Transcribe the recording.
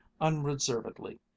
unreservedly